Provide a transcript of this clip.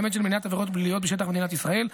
האלמנט של מניעת עבירות פליליות בשטח מדינת ישראל,